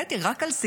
הוא